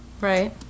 Right